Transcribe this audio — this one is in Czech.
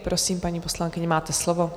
Prosím, paní poslankyně, máte slovo.